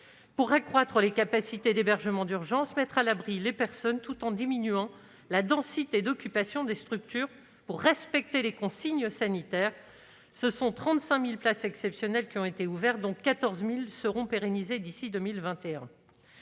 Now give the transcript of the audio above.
: accroissement des capacités d'hébergement d'urgence, mise à l'abri des personnes, tout en diminuant la densité d'occupation des structures pour respecter les consignes sanitaires. Ce sont 35 000 places exceptionnelles qui ont été ouvertes, dont 14 000 seront pérennisées d'ici à 2021.